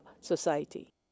society